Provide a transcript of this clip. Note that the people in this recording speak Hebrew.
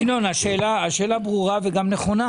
ינון, השאלה ברורה וגם נכונה.